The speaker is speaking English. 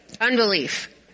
Unbelief